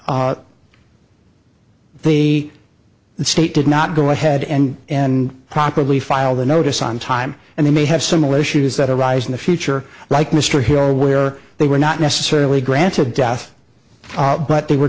the state did not go ahead and and properly file the notice on time and they may have similar issues that arise in the future like mr here where they were not necessarily granted death but they were